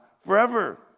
forever